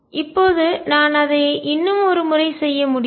இப்போது நான் அதை இன்னும் ஒரு முறை செய்ய முடியும்